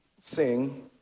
sing